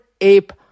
Ape